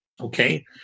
Okay